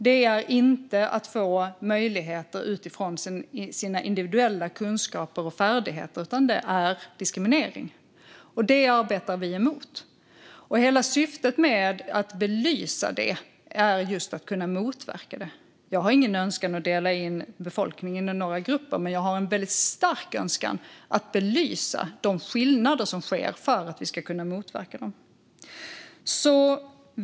Det är inte att få möjligheter utifrån sina individuella kunskaper och färdigheter. Det är diskriminering, och det arbetar vi emot. Hela syftet med att belysa detta är just att kunna motverka det. Jag har ingen önskan att dela in befolkningen i några grupper, men jag har en väldigt stark önskan att belysa de åtskillnader som sker för att vi ska kunna motverka dem.